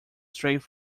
straight